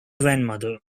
grandmother